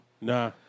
Nah